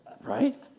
right